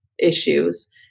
issues